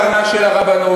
בהעלאת קרנה של היהדות.